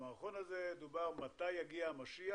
במערכון נאמר: מתי יגיע המשיח?